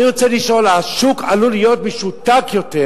אני רוצה לשאול: השוק עלול להיות משותק יותר,